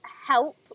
help